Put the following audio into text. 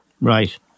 Right